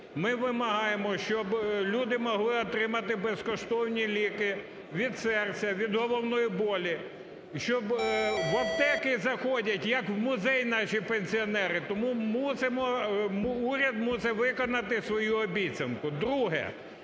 Ми вимагаємо, щоб люди могли отримати безкоштовні ліки від серця, від головної болі. В аптеки заходять, як в музей, наші пенсіонери, тому уряд мусить виконати свою обіцянку.